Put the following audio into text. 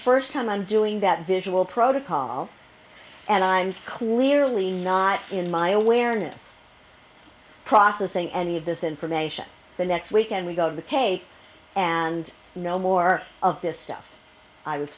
first time i'm doing that visual protocol and i'm clearly not in my awareness processing any of this information the next weekend we go to the cake and no more of this stuff i was